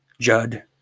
Judd